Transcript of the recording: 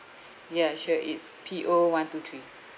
ya sure it's P O one two three